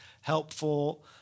helpful